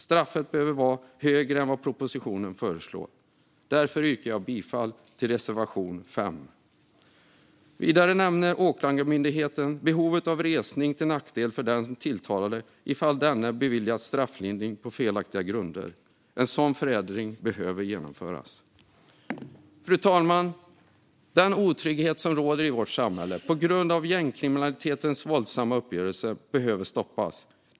Straffet behöver vara högre än vad propositionen föreslår. Därför yrkar jag bifall till reservation 5. Vidare nämner Åklagarmyndigheten behovet av resning till nackdel för den tilltalade ifall denne beviljats strafflindring på felaktiga grunder. En sådan förändring behöver genomföras. Fru talman! Den otrygghet som råder i vårt samhälle på grund av gängkriminellas våldsamma uppgörelser behöver stoppas.